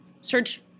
search